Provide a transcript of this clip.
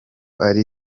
ari